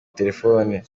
telefoni